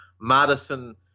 Madison